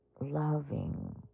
loving